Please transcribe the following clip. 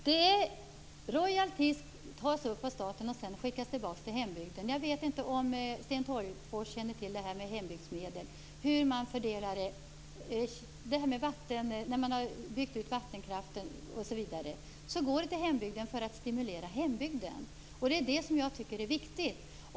Fru talman! Royalty tas upp av staten och skickas sedan tillbaka till hembygden. Jag vet inte om Sten Tolgfors känner till det här med hembygdsmedel och hur man fördelar det. När man har byggt ut vattenkraften går det till hembygden för att stimulera hembygden. Det tycker jag är viktigt.